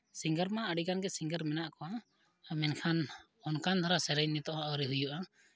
ᱥᱤᱝᱜᱟᱨᱼᱢᱟ ᱟᱹᱰᱤᱜᱟᱱ ᱜᱮ ᱥᱤᱝᱜᱟᱨ ᱢᱮᱱᱟᱜ ᱠᱚᱣᱟ ᱢᱮᱱᱠᱷᱟᱱ ᱚᱱᱠᱟᱱ ᱫᱷᱟᱨᱟ ᱥᱮᱨᱮᱧ ᱱᱤᱛᱳᱜ ᱦᱚᱸ ᱟᱹᱣᱨᱤ ᱦᱩᱭᱩᱜᱼᱟ